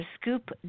scoop